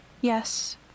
yes